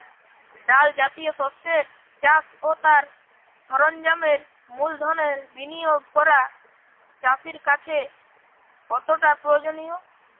ডাল জাতীয় শস্যের চাষ ও তার সরঞ্জামের মূলধনের বিনিয়োগ করা চাষীর কাছে কতটা প্রয়োজনীয়?